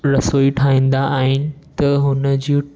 रसोई ठाहींदा आहिनि त हुनजियूं